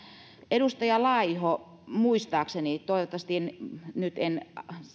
edustaja laiho muistaakseni toivottavasti nyt en